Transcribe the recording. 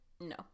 No